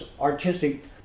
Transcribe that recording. artistic